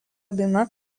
daina